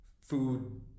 food